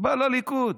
בא לליכוד.